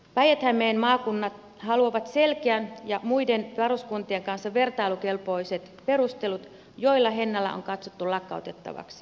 päijät hämeen maakunnat haluavat selkeät ja muiden varuskuntien kanssa vertailukelpoiset perustelut joilla hennala on katsottu lakkautettavaksi